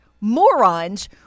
morons